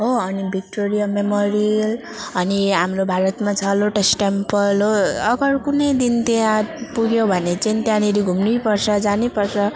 हो अनि Victoria Memorial अनि हाम्रो भारतमा छ लोटस टेम्पल हो अगर कुनै दिन त्यहाँ पुग्यो भने चाहिँ त्यहाँनेरि घुम्नु पर्छ जानु पर्छ